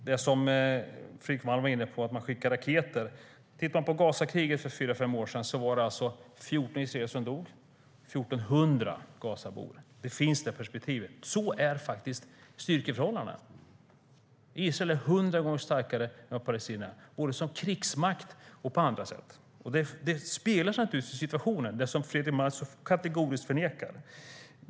Fredrik Malm var inne på att de skickar raketer. Om man tittar på Gazakriget för fyra fem år sedan dog 14 israeler. 1 400 Gazabor dog. Det perspektivet finns. Så är styrkeförhållandena. Israel är hundra gånger stakare än palestinierna, både som krigsmakt och på andra sätt. Detta speglas naturligtvis i situationen, vilket Fredrik Malm kategoriskt förnekar.